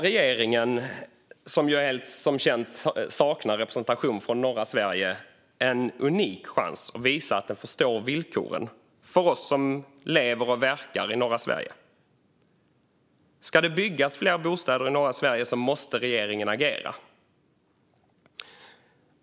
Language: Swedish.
Regeringen saknar som bekant representation från norra Sverige men har nu en unik chans att visa att man förstår villkoren för oss som lever och verkar i norra Sverige. Ska det byggas fler bostäder i norra Sverige måste regeringen agera.